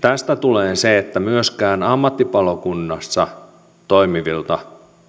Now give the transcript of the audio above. tästä tulee se että myöskään ammattipalokunnassa toimivista